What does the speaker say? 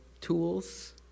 tools